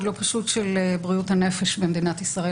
לא פשוט של בריאות הנפש במדינת ישראל,